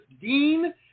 Dean